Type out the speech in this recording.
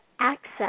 access